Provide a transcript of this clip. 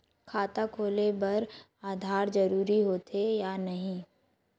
खाता खोले बार आधार जरूरी हो थे या नहीं?